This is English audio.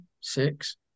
six